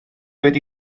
wedi